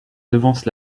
devance